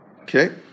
Okay